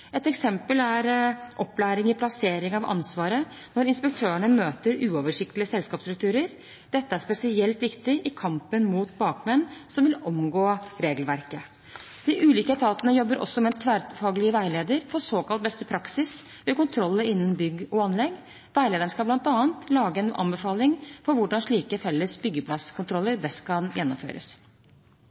Et eksempel er opplæring i plassering av ansvaret når inspektørene møter uoversiktlige selskapsstrukturer. Dette er et spesielt viktig tiltak i kampen mot bakmenn som vil omgå regelverket. De ulike etatene jobber også med en tverretatlig veileder for såkalt beste praksis ved kontroller innen bygg og anlegg. Veilederen skal bl.a. lage en anbefaling for hvordan slike felles byggeplasskontroller best kan gjennomføres.